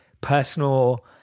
personal